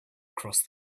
across